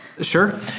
Sure